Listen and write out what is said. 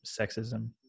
sexism